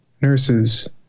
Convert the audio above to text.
nurses